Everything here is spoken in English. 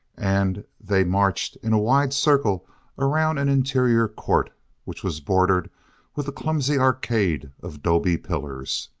and they marched in a wide circle around an interior court which was bordered with a clumsy arcade of dobe pillars.